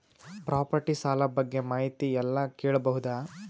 Property ಸಾಲ ಬಗ್ಗೆ ಮಾಹಿತಿ ಎಲ್ಲ ಕೇಳಬಹುದು?